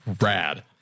rad